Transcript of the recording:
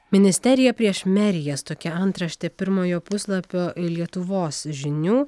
ministerija prieš merijas tokia antraštė pirmojo puslapio lietuvos žinių